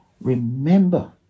Remember